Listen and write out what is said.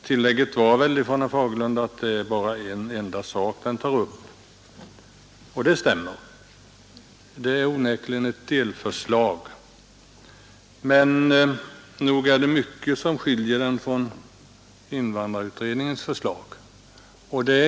Herr Fagerlund tillade att det bara är en enda sak den tar upp, och det stämmer; detta är onekligen ett delförslag. Men nog är det mycket som skiljer propositionen från invandrarutredningens förslag.